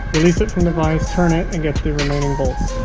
release it from the vice, turn it and get the remaining bolts